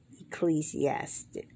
Ecclesiastes